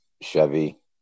Chevy